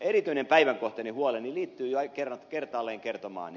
erityinen päivänkohtainen huoleni liittyy jo kertaalleen kertomaani